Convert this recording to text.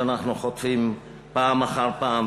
שאנחנו חוטפים פעם אחר פעם.